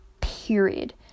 Period